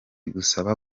gusaba